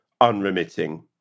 unremitting